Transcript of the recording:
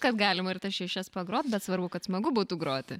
kad galima ir tas šešias pagrot bet svarbu kad smagu būtų groti